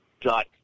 dot